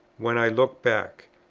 when i look back.